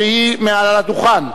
שתוצג מהדוכן.